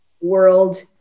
world